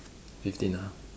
fifteen ah